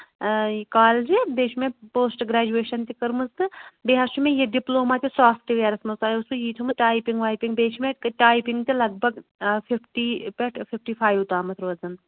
یہِ کالجہِ بیٚیہِ چھُ مےٚ پوسٹ گرٛیجویشَن تہِ کٔرمٕژ تہٕ بیٚیہِ حظ چھُ مےٚ یہِ ڈِپلوما تہِ سافٹہٕ ویرَس منٛز تۄہہِ اوسوٕ یی تھومُت ٹایپِنٛگ وایپِنٛگ بیٚیہِ چھِ مےٚ ٹایپِنٛگ تہِ لگ بگ فِفٹی پٮ۪ٹھ فِفٹی فایِو تامَتھ روزان